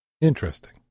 Interesting